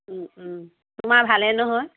তোমাৰ ভালেই নহয়